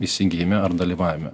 įsigijime ar dalyvavime